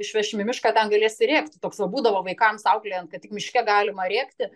išvešim į mišką ten galės rėkti toks va būdavo vaikams auklėjant kad tik miške galima rėkti